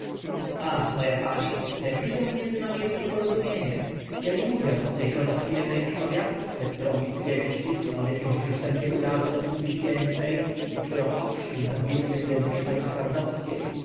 ach mo a pani ak widzę między nami est nieporozumienie a nie mówię o te krotochwilne przypowiastce którą mickiewicz cisnął w akimś przystępie urazy do płci piękne i którą ochrzcił nazwiskiem biedne pani twardowskie